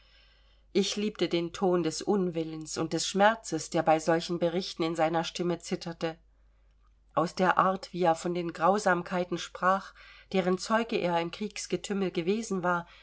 ich liebte den ton des unwillens und des schmerzes der bei solchen berichten in seiner stimme zitterte aus der art wie er von den grausamkeiten sprach deren zeuge er im kriegsgetümmel gewesen war